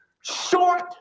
short